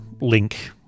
link